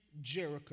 Jericho